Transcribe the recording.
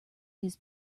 his